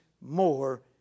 more